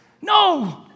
No